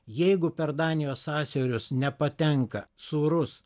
jeigu per danijos sąsiaurius nepatenka sūrus